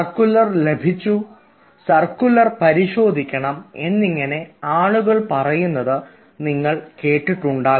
circular ലഭിച്ചു circular പരിശോധിക്കണം എന്നിങ്ങനെ ആളുകൾ പറയുന്നത് നിങ്ങൾ കേട്ടിട്ടുണ്ടാകും